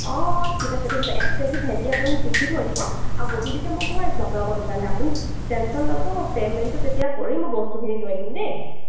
অঁ ঠিক আছে ঠিক আছে এক কেজি ভেণ্ডি আপুনি জুখি থৈ দিব আৰু গধূলিকৈ মই গৈ আছো আপোনালোকৰ দোকানলৈ আপুনি টে টেনচন নল'ব মই পে'মেন্টটো তেতিয়া কৰি মই বস্তুখিনি লৈ আহিম দেই